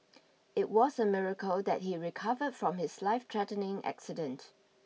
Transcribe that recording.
it was a miracle that he recovered from his life threatening accident